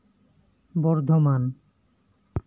Bardhaman